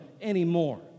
anymore